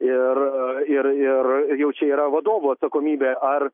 ir ir ir jau čia yra vadovų atsakomybė ar